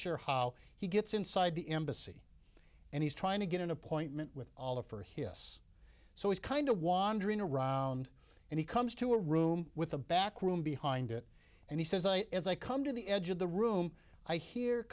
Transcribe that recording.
sure how he gets inside the embassy and he's trying to get an appointment with all of her hips so he's kind of wandering around and he comes to a room with a back room behind it and he says i as i come to the edge of the room i he